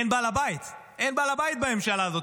אין בעל הבית, אין בעל הבית בממשלה הזאת.